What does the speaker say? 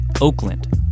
Oakland